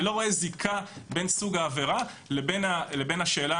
אני לא רואה זיקה בין סוג העבירה לבין השאלה